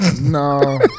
No